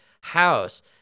house